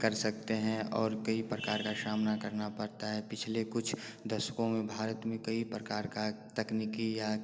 कर सकते हैं और कई प्रकार का सामना करना पड़ता है पिछले कुछ दशकों में भारत में कई प्रकार के तकनीकी या